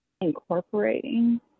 incorporating